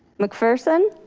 mcpherson?